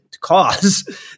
cause